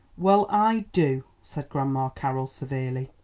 well, i do, said grandma carroll severely.